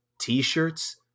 T-shirts